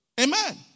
Amen